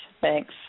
Thanks